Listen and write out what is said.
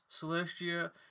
Celestia